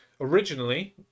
originally